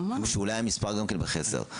שאולי המספר גם כן בחסר.